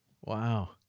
Wow